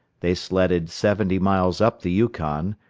they sledded seventy miles up the yukon,